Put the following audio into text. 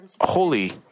holy